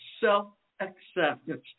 self-acceptance